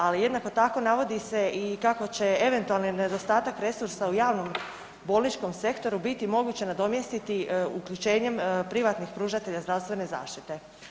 Ali, jednako tako navodi se i kako će eventualni nedostatak resursa u javnom bolničkom sektoru biti moguće nadomjestiti uključenjem privatnih pružatelja zdravstvene zaštite.